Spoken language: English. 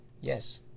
Yes